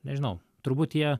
nežinau turbūt jie